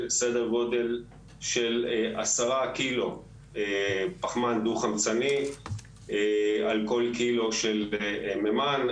סדר גודל של 10 קילו פחמן דו חמצני על כל קילו של מימן.